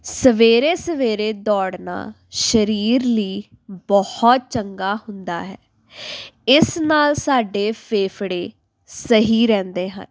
ਸਵੇਰੇ ਸਵੇਰੇ ਦੌੜਨਾ ਸਰੀਰ ਲਈ ਬਹੁਤ ਚੰਗਾ ਹੁੰਦਾ ਹੈ ਇਸ ਨਾਲ ਸਾਡੇ ਫੇਫੜੇ ਸਹੀ ਰਹਿੰਦੇ ਹਨ